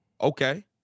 Okay